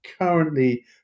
currently